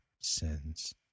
sins